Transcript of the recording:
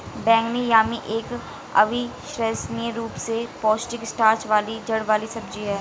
बैंगनी यामी एक अविश्वसनीय रूप से पौष्टिक स्टार्च वाली जड़ वाली सब्जी है